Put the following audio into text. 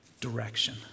direction